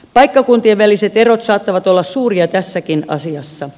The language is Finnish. paikkakuntien väliset erot saattavat olla suuria tässäkin asiassa